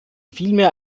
vielmehr